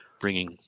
bringing